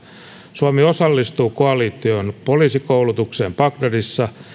suomi osallistuu koalition poliisikoulutukseen bagdadissa